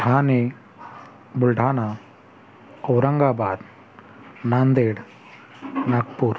Thane Buldhana Aurangabad Nanded Nagpur